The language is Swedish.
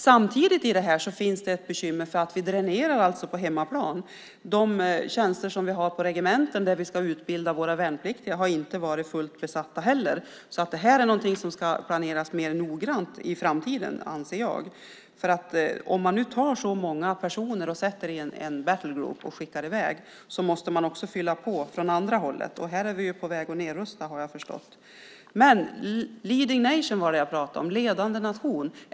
Samtidigt finns det i detta ett bekymmer för att vi på hemmaplan dränerar de tjänster som vi har på regementen där vi ska utbilda våra värnpliktiga. De har inte heller varit fullt besatta. Det här är någonting som ska planeras mer noggrant i framtiden, anser jag. Om man nu tar så många personer och sätter i en battlegroup och skickar i väg dem måste man också fylla på från andra hållet. Här är vi på väg att nedrusta, har jag förstått. Jag talade om leading nation , ledande nation.